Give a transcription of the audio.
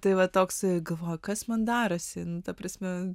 tai va toks galvoju kas man darosi ta prasme